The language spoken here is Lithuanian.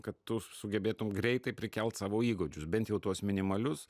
kad tu sugebėtum greitai prikelt savo įgūdžius bent jau tuos minimalius